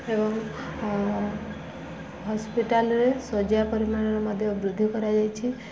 ଏବଂ ହସ୍ପିଟାଲରେ ଶଯ୍ୟା ପରିମାଣରେ ମଧ୍ୟ ବୃଦ୍ଧି କରାଯାଇଛି